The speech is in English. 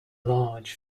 large